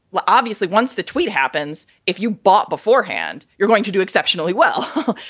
well, obviously, once the tweet happens, if you bought beforehand, you're going to do exceptionally well.